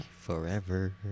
forever